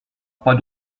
pas